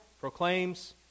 proclaims